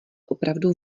opravdu